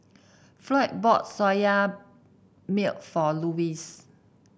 Floyd bought Soya Milk for Louis